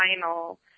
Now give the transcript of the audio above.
final